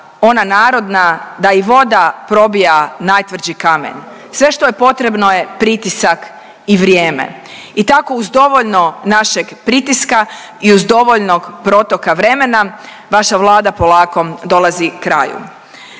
ona narodna da i voda probija najtvrđi kamen. Sve što je potrebno je pritisak i vrijeme. I tako uz dovoljno našeg pritiska i uz dovoljnog protoka vremena vaša Vlada polako dolazi kraju.